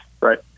right